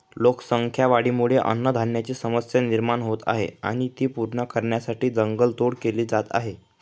लोकसंख्या वाढीमुळे अन्नधान्याची समस्या निर्माण होत आहे आणि ती पूर्ण करण्यासाठी जंगल तोड केली जात आहे